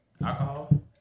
alcohol